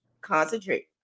concentrate